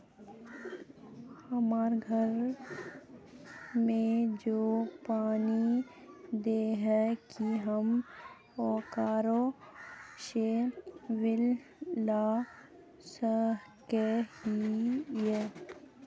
हमरा घर में जे पानी दे है की हम ओकरो से बिल ला सके हिये?